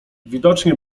widocznie